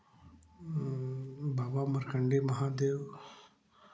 Baba Markandeya Mahadev